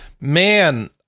man